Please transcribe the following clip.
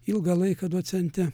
ilgą laiką docente